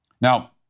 Now